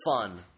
fun